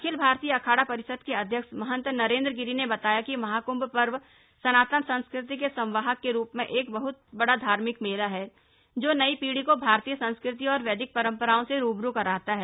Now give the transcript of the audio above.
अखिल भारतीय अखाड़ा परिषद के अध्यक्ष महंत नरेंद्र गिरि ने बताया कि महाकृंभ पर्व सनातन संस्कृति के संवाहक के रूप में एक बह्त बड़ा धार्मिक मेला है जो नई पीढ़ी को भारतीय संस्कृति और वैदिक परंपरा से रूबरू कराता है